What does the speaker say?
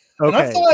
Okay